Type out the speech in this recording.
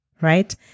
right